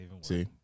see